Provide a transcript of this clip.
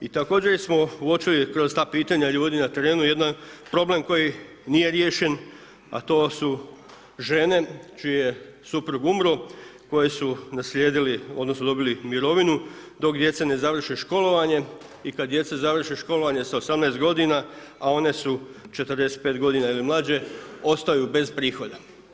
I također smo uočili kroz ta pitanja ljudi na terenu jedan problem koji nije riješen, a to su žene čiji je suprug umro koje su naslijedile odnosno dobile mirovinu dok djeca ne završe školovanje i kada djeca završe školovanje sa 18 godina a one su 45 godina ili mlađe ostaju bez prihoda.